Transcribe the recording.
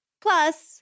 Plus